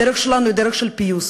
הדרך שלנו היא דרך של פיוס,